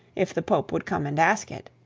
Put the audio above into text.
if the pope would come and ask it.